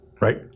right